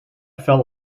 felt